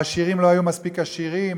העשירים לא היו מספיק עשירים,